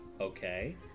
Okay